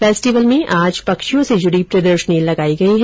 festival में आज पक्षियों से जुड़ी प्रदर्शनी लगाई गई है